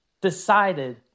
decided